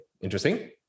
Interesting